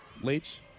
Leach